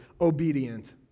obedient